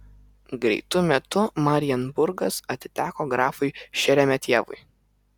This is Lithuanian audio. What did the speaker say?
greitu metu marienburgas atiteko grafui šeremetjevui